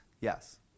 yes